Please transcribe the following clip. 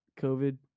covid